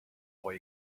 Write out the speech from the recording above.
boy